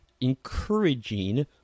encouraging